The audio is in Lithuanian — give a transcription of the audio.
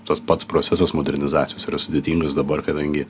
tas pats procesas modernizacijos yra sudėtingas dabar kadangi